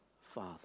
father